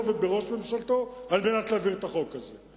ובראש ממשלתו כדי להעביר את החוק הזה.